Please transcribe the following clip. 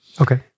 Okay